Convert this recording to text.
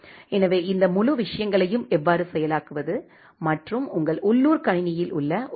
எனவே இந்த முழு விஷயங்களையும் எவ்வாறு செயலாக்குவது மற்றும் உங்கள் உள்ளூர் கணினியில் ஒரு எஸ்